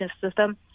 system